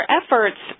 efforts